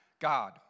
God